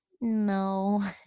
no